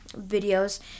videos